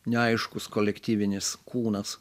neaiškus kolektyvinis kūnas